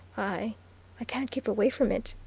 i i can't keep away from it.